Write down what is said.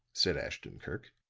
said ashton-kirk,